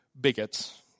bigots